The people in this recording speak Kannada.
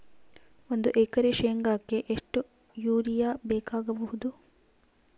ಒಂದು ಎಕರೆ ಶೆಂಗಕ್ಕೆ ಎಷ್ಟು ಯೂರಿಯಾ ಬೇಕಾಗಬಹುದು?